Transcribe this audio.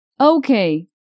Okay